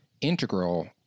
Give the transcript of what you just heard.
integral